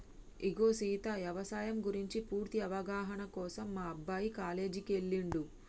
ఇగో సీత యవసాయం గురించి పూర్తి అవగాహన కోసం మా అబ్బాయి కాలేజీకి ఎల్లిండు